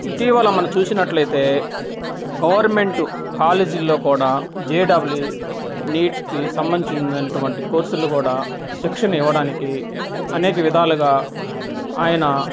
ఇటీవల మన చూసినట్లయితే గవర్నమెంటు కాలేజీల్లో కూడా జే డబల్ ఈ నీట్కి సంబంచినటువంటి కోర్సులు కూడా శిక్షణ ఇవ్వడానికి అనేక విధాలుగా ఆయన